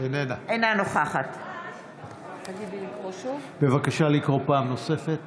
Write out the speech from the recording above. אינה נוכחת בבקשה לקרוא פעם נוספת.